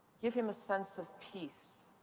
give him a sense of peace.